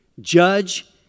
judge